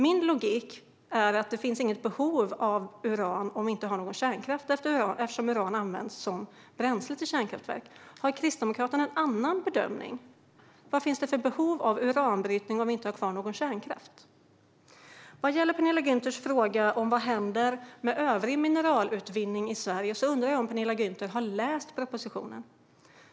Min logik är att det inte finns något behov av uran om vi inte har någon kärnkraft eftersom uran används som bränsle till kärnkraftverk. Gör Kristdemokraterna någon annan bedömning? Vad finns det för behov av uranbrytning om vi inte har kvar någon kärnkraft? När det gäller Penilla Gunthers fråga om vad som händer med övrig mineralutvinning i Sverige undrar jag om Penilla Gunther har läst propositionen.